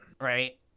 Right